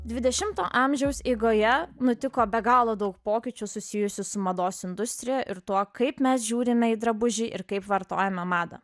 dvidešimto amžiaus eigoje nutiko be galo daug pokyčių susijusių su mados industrija ir tuo kaip mes žiūrime į drabužį ir kaip vartojame madą